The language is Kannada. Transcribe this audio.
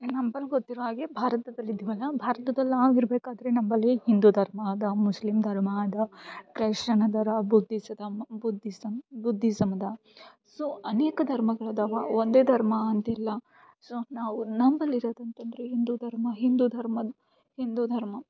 ನಂಬಲ್ ಗೊತ್ತಿರೋ ಹಾಗೆ ಭಾರತದಲ್ಲಿ ಇದ್ದೀವಿ ಅಲಾ ಭಾರತದಲ್ಲಿ ನಾವು ಇರಬೇಕಾದ್ರೆ ನಂಬಳಿ ಹಿಂದೂ ಧರ್ಮ ಅದಾ ಮುಸ್ಲಿಂ ಧರ್ಮ ಅದ ಕ್ರೈಶನ್ ಅದಾರ ಬುದ್ದೀಸಿದಂ ಬುದ್ದೀಸಮ್ ಬುದ್ದೀಸಂ ಅದ ಸೊ ಅನೇಕ ಧರ್ಮಗಳು ಅದವಾ ಒಂದೇ ಧರ್ಮ ಅಂತಿಲ್ಲ ಸೊ ನಾವು ನಂಬಲ್ ಇರೋದು ಅಂತಂದರೆ ಹಿಂದೂ ಧರ್ಮ ಹಿಂದೂ ಧರ್ಮ ಹಿಂದೂ ಧರ್ಮ